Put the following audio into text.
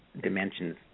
dimensions